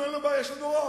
לנו אין בעיה, יש לנו רוב,